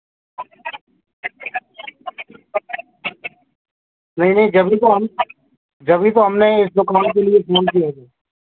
नहीं नहीं जब ही तो हम जब ही तो हमने इस के लिए फ़ोन किए थे